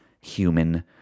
human